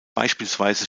beispielsweise